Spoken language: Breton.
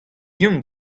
ezhomm